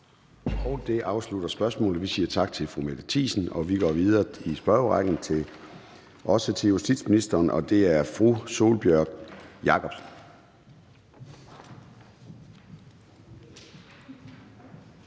Det afslutter spørgsmålet. Vi siger tak til fru Mette Thiesen. Vi går videre i spørgerrækken, og det er fru Sólbjørg Jakobsen.